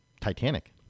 Titanic